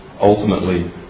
Ultimately